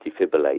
defibrillate